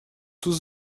tous